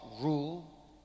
rule